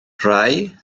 rhai